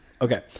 Okay